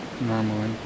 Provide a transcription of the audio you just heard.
normally